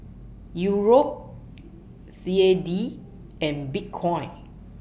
Euro C A D and Bitcoin